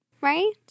Right